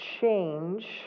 change